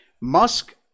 Musk